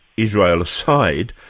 israel aside,